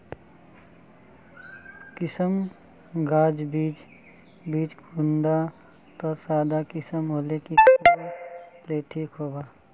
किसम गाज बीज बीज कुंडा त सादा किसम होले की कोर ले ठीक होबा?